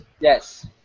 Yes